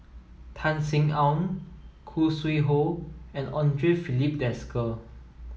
Tan Sin Aun Khoo Sui Hoe and Andre Filipe Desker